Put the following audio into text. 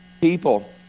people